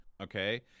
Okay